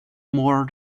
more